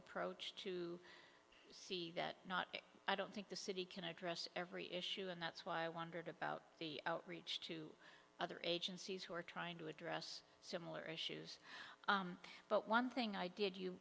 approach to see that not i don't think the city can address every issue and that's why i wondered about the outreach to other agencies who are trying to address similar issues but one thing i did you